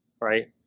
right